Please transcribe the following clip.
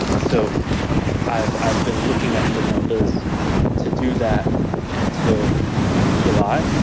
so i've i've been looking at the numbers to do that until july,